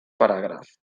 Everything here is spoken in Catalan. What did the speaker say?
paràgraf